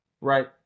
Right